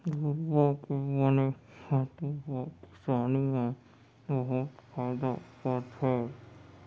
घुरूवा के बने खातू ह किसानी म बहुत फायदा करथे